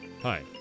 Hi